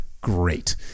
Great